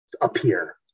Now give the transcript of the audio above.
appear